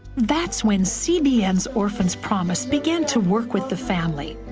that's when cbn's orphan's promise began to work with the family.